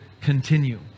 continue